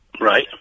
Right